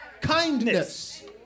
kindness